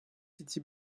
city